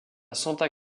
santa